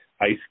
ice